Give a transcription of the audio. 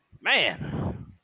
Man